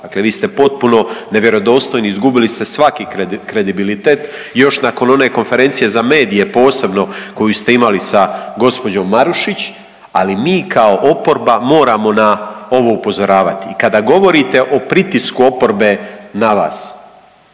dakle vi ste potpuno nevjerodostojni, izgubili ste svaki kredibilitet još nakon one konferencije za medije posebno koju ste imali sa gospođom Marušić. Ali mi kao oporba moramo na ovo upozoravati. I kada govorite o pritisku oporbe na vas